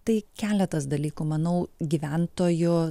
tai keletas dalykų manau gyventojų